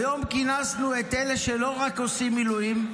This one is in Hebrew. היום כינסנו את אלה שלא רק עושים מילואים,